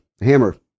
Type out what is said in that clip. Hammer